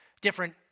Different